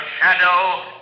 shadow